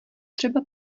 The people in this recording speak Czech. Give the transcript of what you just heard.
třeba